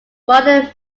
foreign